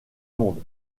monde